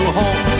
home